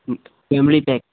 family pack